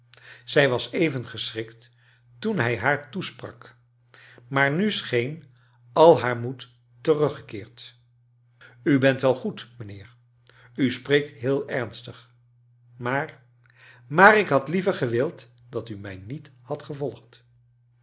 zij was even geschrikt toen hij haar toesprak maar nu scheen al haar moed teruggekeerd u bent wel goed mijnheer u spreekt heel ernstig maar maar ik had liever gewild dat u mij niet hadt gevolgd